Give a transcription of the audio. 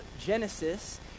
Genesis